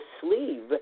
sleeve